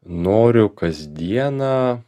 noriu kasdieną